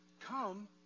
Come